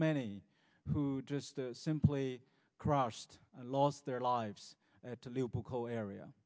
many who just simply crushed lost their lives to leave poco area